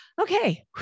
okay